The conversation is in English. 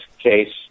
case